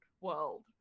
world